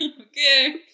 Okay